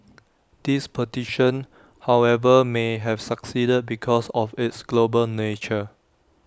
this petition however may have succeeded because of its global nature